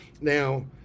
Now